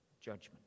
judgment